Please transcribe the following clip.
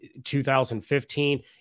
2015